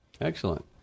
Excellent